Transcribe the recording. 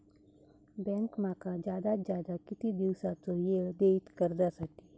Bank माका जादात जादा किती दिवसाचो येळ देयीत कर्जासाठी?